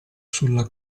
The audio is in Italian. sulla